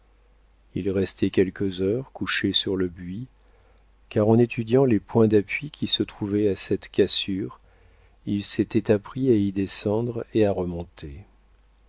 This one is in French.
il restait quelques heures couché sur le buis car en étudiant les points d'appui qui se trouvaient à cette cassure il s'était appris à y descendre et à remonter